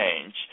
change